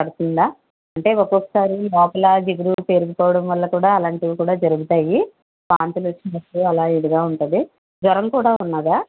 పడుతుందా అంటే ఒక్కొక్క సారి లోపల జిగురు పేరుకుపోవడం వల్ల కూడా అలాంటివి కూడా జరుగుతాయి వాంతులు వచ్చినప్పుడు ఆలా ఇదిగా ఉంటుంది జ్వరం కూడా ఉన్నాదా